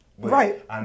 Right